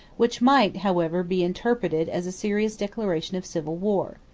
which might, however, be interpreted as a serious declaration of civil war.